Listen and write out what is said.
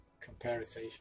comparison